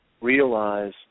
realize